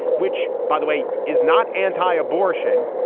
which, by the way, is not anti-abortion,